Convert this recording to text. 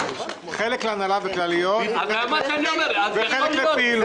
חלק להנהלה וכלליות וחלק לפעילות.